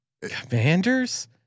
Commanders